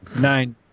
Nine